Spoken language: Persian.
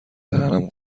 دهنم